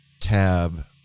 tab